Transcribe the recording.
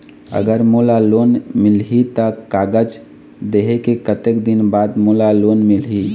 अगर मोला लोन मिलही त कागज देहे के कतेक दिन बाद मोला लोन मिलही?